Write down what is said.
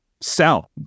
sell